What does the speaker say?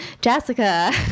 Jessica